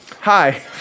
Hi